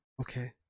Okay